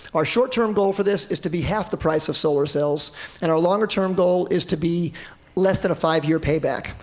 our short-term goal for this is to be half the price of solar cells and our longer-term goal is to be less than a five-year payback.